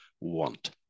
want